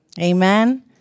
Amen